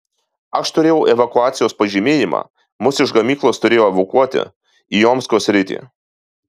aš turėjau evakuacijos pažymėjimą mus iš gamyklos turėjo evakuoti į omsko sritį